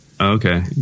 Okay